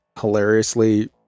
hilariously